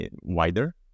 wider